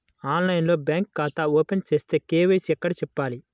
ఆన్లైన్లో బ్యాంకు ఖాతా ఓపెన్ చేస్తే, కే.వై.సి ఎక్కడ చెప్పాలి?